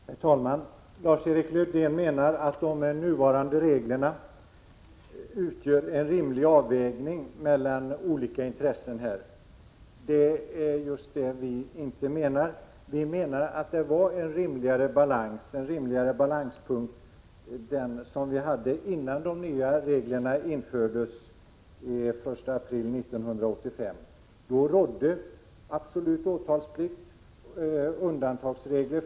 Herr talman! Lars-Erik Lövdén menar att de nuvarande reglerna utgör en rimlig avvägning mellan olika intressen. Det är just det vi inte menar. Vi anser att vi hade en rimligare balanspunkt innan de nya reglerna infördes den 1 april 1985. Då rådde absolut åtalsplikt.